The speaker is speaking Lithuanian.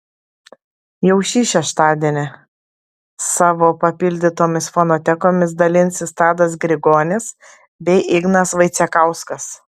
jau šį šeštadienį savo papildytomis fonotekomis dalinsis tadas grigonis bei ignas vaicekauskas